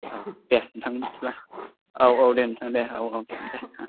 औ दे नोंथां बिदिब्ला औ औ दे नोंथां दे जागोन दे